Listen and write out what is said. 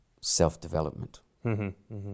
self-development